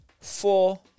four